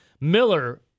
Miller